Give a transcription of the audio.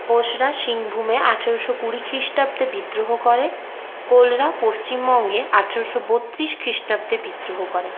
হোসরা সিংহভূমে আঠেরোশো কুড়ি খৃস্টাব্দে বিদ্রোহ করে কোলরা পশ্চিমবঙ্গে আঠেরোশো বত্রিশ খৃস্টাব্দে বিদ্রোহ করে